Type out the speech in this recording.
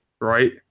right